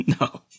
No